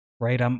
right